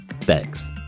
Thanks